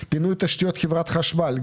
פינוי תשתיות חברת חשמל,